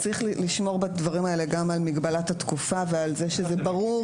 צריך לשמור בדברים האלה גם על מגבלת התקופה ועל זה שזה ברור.